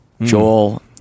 joel